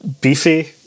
beefy